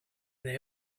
they